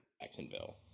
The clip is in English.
Jacksonville